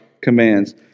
commands